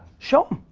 show em.